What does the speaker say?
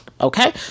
Okay